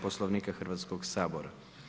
Poslovnika Hrvatskog sabora.